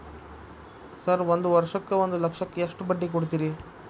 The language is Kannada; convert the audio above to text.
ಸರ್ ಒಂದು ವರ್ಷಕ್ಕ ಒಂದು ಲಕ್ಷಕ್ಕ ಎಷ್ಟು ಬಡ್ಡಿ ಕೊಡ್ತೇರಿ?